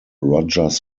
rodgers